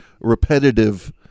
repetitive